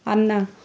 ಅನ್ನ